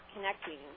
connecting